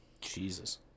Jesus